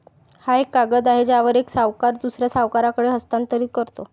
हा एक कागद आहे ज्यावर एक सावकार दुसऱ्या सावकाराकडे हस्तांतरित करतो